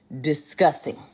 discussing